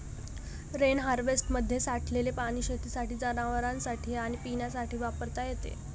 rain हार्वेस्टरमध्ये साठलेले पाणी शेतीसाठी, जनावरांनासाठी आणि पिण्यासाठी वापरता येते